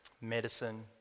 medicine